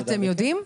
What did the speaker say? אתם יודעים?